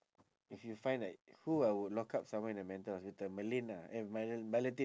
if you find like who I would lock up someone in a mental hospital merlin lah eh mel~ meladine